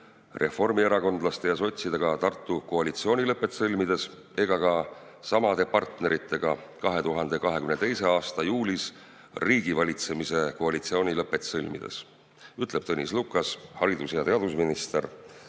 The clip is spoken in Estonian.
reformierakondlaste ja sotsidega Tartu koalitsioonilepet sõlmides ega ka samade partneritega 2022. aasta juulis riigivalitsemise koalitsioonilepet sõlmides," ütles Tõnis Lukas, haridus- ja teadusminister,